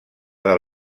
del